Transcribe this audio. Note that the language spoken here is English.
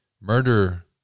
Murder